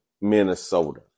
minnesota